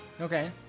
Okay